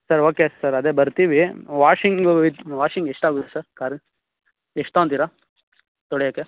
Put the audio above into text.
sir okay sir ಅದೇ ಬರ್ತೀವಿ washing ಇದು ವಾಷಿಂಗ್ ಎಷ್ಟಾಗುತ್ತೆ ಸರ್ ಕಾರ ಎಷ್ಟು ತೊಗೊಂತಿರ ತೊಳಿಯಕ್ಕೆ